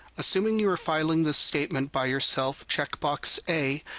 assuming you are filing this statement by yourself, check box a,